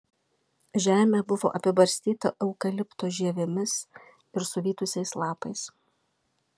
žemė buvo apibarstyta eukalipto žievėmis ir suvytusiais lapais